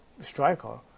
striker